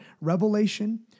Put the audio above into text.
Revelation